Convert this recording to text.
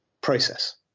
process